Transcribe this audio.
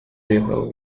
videojuego